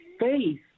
faith